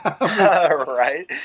Right